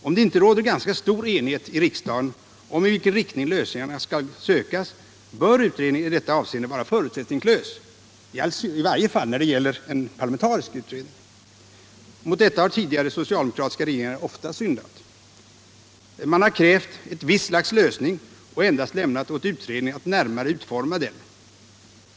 Om det icke råder ganska stor enighet i riksdagen om i vilken riktning lösningarna skall sökas bör utredningen i detta avseende vara förutsättningslös, i varje fall när det gäller en parlamentarisk utredning. Mot detta har tidigare socialdemokratiska regeringar ofta syndat. Man har krävt ett visst slags lösning och endast lämnat åt utredningen att närmare utforma denna.